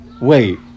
Wait